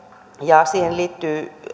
ja siihen liittyy